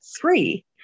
three